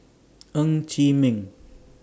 Ng Chee Meng